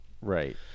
Right